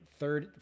third